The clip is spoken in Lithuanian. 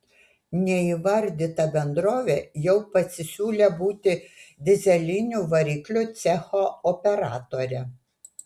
neįvardyta bendrovė jau pasisiūlė būti dyzelinių variklių cecho operatore